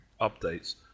updates